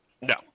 No